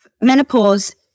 menopause